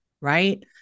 right